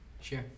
Sure